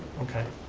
okay,